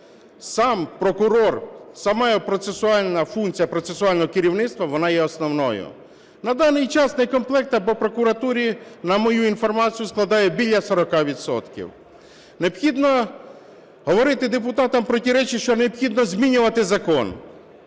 сам прокурор, сама його процесуальна функція процесуального керівництв, вона є основною. На даний час некомплект по прокуратурі, на мою інформацію, складає біля 40 відсотків. Необхідно говорити депутатам про ті речі, що необхідно змінювати закон